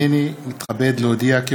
הנני מתכבד להודיעכם,